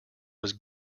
was